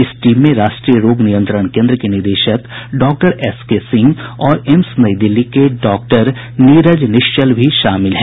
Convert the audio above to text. इस टीम में राष्ट्रीय रोग नियंत्रण केन्द्र के निदेशक डॉक्टर एस के सिंह और एम्स नई दिल्ली के डॉक्टर नीरज निश्चल भी शामिल हैं